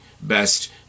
best